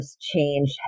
change